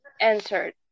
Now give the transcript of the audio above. answered